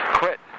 quit